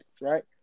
right